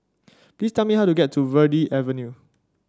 please tell me how to get to Verde Avenue